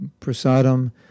prasadam